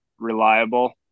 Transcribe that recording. reliable